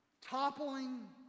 toppling